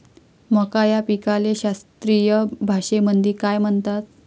मका या पिकाले शास्त्रीय भाषेमंदी काय म्हणतात?